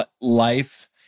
life